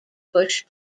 bush